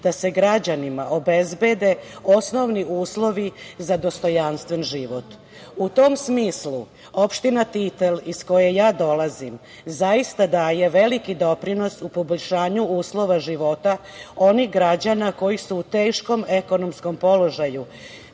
da se građanima obezbede osnovni uslovi za dostojanstven život.U tom smislu opština Titel iz koje ja dolazim, zaista daje veliki doprinos poboljšanju uslova života onih građana koji su u teškom ekonomskom položaju,